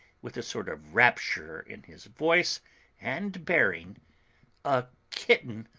with a sort of rapture in his voice and bearing a kitten,